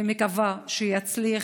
ואני מקווה שיצליח,